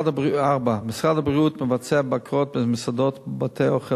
4. משרד הבריאות מבצע בקרות במסעדות ובתי-אוכל